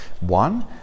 One